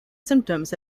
symptoms